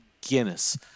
Guinness